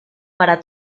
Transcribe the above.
para